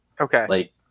Okay